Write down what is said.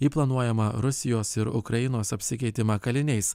į planuojamą rusijos ir ukrainos apsikeitimą kaliniais